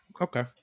Okay